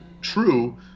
true